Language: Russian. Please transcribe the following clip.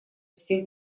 всех